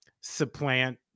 supplant